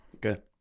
Good